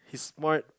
smart